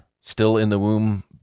still-in-the-womb